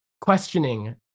questioning